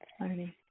learning